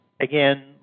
again